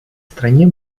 стране